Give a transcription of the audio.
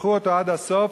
ותמתחו אותה עד הסוף,